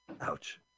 Ouch